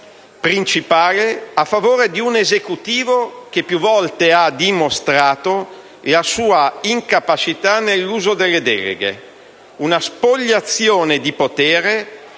principale a favore di un Esecutivo che più volte ha dimostrato la sua incapacità nell'uso delle deleghe; una spoliazione di potere